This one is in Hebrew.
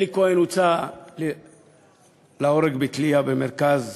אלי כהן הוצא להורג בתלייה במרכז